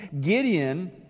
Gideon